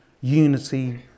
unity